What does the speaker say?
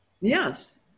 yes